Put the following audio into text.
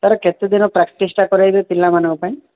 sir କେତେ ଦିନ ପ୍ରାକ୍ଟିସ୍ଟା କରାଇବେ ପିଲାମାନଙ୍କ ପାଇଁ